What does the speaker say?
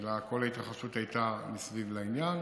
אלא כל ההתרחשות הייתה מסביב לעניין.